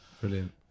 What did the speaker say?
Brilliant